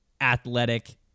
athletic